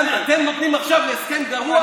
אתם נותנים עכשיו להסכם גרוע,